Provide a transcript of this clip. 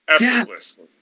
effortlessly